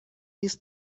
نیست